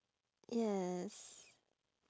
yes